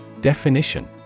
Definition